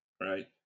Right